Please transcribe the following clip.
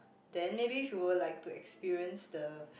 then maybe he would like experience the